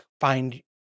find